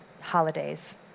holidays